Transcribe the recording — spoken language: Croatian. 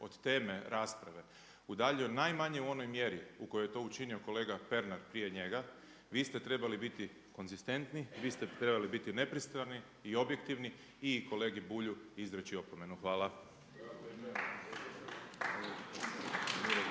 od teme rasprave udaljio najmanje u onoj mjeri u kojoj je to učinio kolega Pernar prije njega, vi ste trebali biti konzistentni, vi ste trebali biti nepristrani i objektivni i kolegi Bulju izreći opomenu. Hvala.